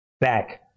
back